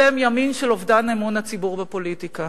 אלה ימים של אובדן אמון הציבור בפוליטיקה,